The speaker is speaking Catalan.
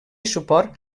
suport